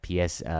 PS